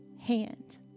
hand